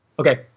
Okay